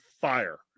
fire